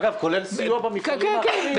אגב, כולל סיוע במפעלים האחרים.